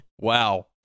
Wow